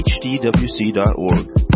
hdwc.org